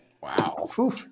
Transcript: Wow